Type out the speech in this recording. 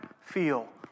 feel